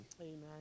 Amen